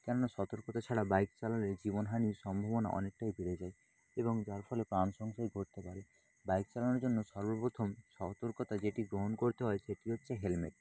কেননা সতর্কতা ছাড়া বাইক চালালে জীবনহানির সম্ভাবনা অনেকটাই বেড়ে যায় এবং যার ফলে প্রাণ সংশয় ঘটতে পারে বাইক চালানোর জন্য সর্বপ্রথম সতর্কতা যেটি গ্রহণ করতে হয় সেটি হচ্ছে হেলমেট